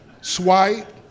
Swipe